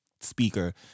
speaker